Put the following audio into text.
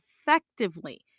effectively